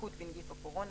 בנגיף הקורונה.